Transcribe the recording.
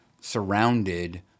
surrounded